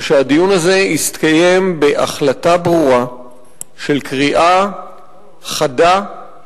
ושהדיון הזה יתקיים בהחלטה ברורה של קריאה חדה,